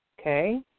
okay